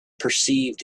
perceived